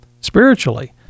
spiritually